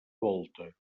volta